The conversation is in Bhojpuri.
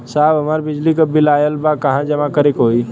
साहब हमार बिजली क बिल ऑयल बा कहाँ जमा करेके होइ?